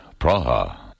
Praha